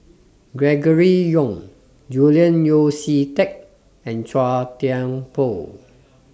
Gregory Yong Julian Yeo See Teck and Chua Thian Poh